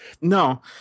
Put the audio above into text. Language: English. no